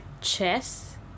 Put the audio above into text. chess